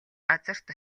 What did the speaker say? газарт